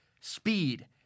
speed